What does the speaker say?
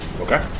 Okay